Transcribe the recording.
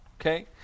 Okay